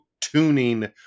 tuning